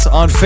on